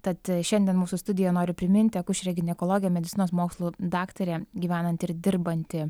tad šiandien mūsų studijoj noriu priminti akušerė ginekologė medicinos mokslų daktarė gyvenanti ir dirbanti